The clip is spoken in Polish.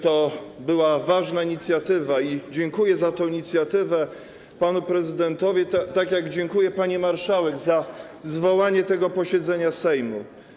To była ważna inicjatywa i dziękuję za tę inicjatywę panu prezydentowi, tak jak dziękuję pani marszałek za zwołanie tego posiedzenia Sejmu.